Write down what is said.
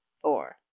four